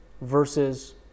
versus